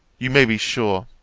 you may be sure,